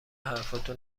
حرفاتو